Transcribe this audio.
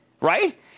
right